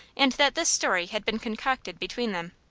and that this story had been concocted between them.